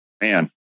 man